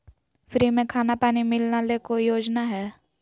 Free में खाना पानी मिलना ले कोइ योजना हय?